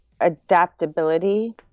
adaptability